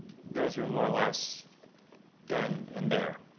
those are more or less done in there.